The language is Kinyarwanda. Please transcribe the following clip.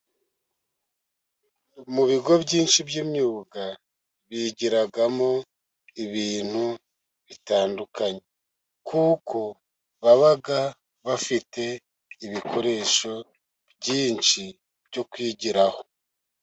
Mu bigo byinshi by'imyuga bigiragamo ibintu bitandukanye, kuko baba bafite ibikoresho byinshi byo kwigiraho.